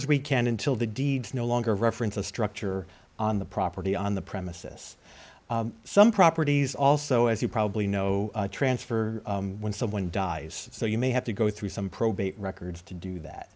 as we can until the deeds no longer reference the structure on the property on the premises some properties also as you probably know transfer when someone dies so you may have to go through some probate records to do